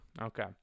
Okay